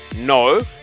No